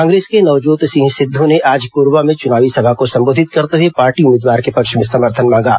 कांग्रेस के नवजोत सिंह सिध्द ने आज कोरबा में चुनावी सभा को संबोधित करते हुए पार्टी उम्मीदवार के पक्ष में समर्थन मांगा